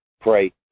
pray